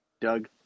Doug